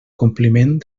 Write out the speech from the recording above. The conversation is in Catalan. compliment